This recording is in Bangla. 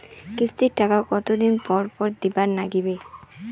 কিস্তির টাকা কতোদিন পর পর দিবার নাগিবে?